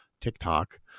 TikTok